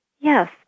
Yes